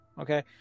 Okay